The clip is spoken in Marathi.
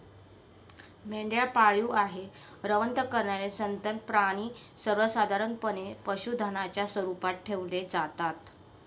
मेंढ्या पाळीव आहे, रवंथ करणारे सस्तन प्राणी सर्वसाधारणपणे पशुधनाच्या स्वरूपात ठेवले जातात